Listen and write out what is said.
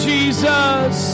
Jesus